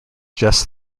just